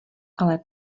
ale